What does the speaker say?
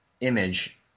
image